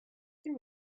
there